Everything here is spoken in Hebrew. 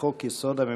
לחוק-יסוד: הממשלה.